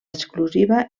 exclusiva